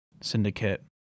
Syndicate